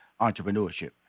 entrepreneurship